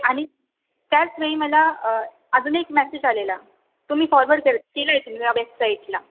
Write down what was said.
आणि त्याच वेळी मला अजून एक मॅसेज आलेला तुम्ही फॉर्वर्ड केला केला आहे तो मी या वेबसाईटला